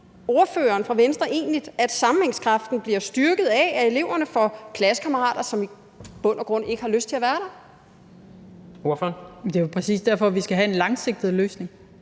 ordføreren for Venstre egentlig, at sammenhængskraften bliver styrket af, at eleverne får klassekammerater, som i bund og grund ikke har lyst til at være der? Kl. 15:02 Tredje næstformand (Jens Rohde): Ordføreren.